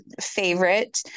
favorite